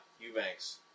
Eubanks